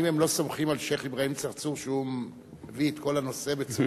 האם הם לא סומכים על שיח' אברהים צרצור שהוא מביא את כל הנושא בצורה,